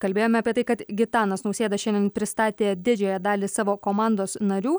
kalbėjome apie tai kad gitanas nausėda šiandien pristatė didžiąją dalį savo komandos narių